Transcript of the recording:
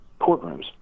courtrooms